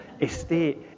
estate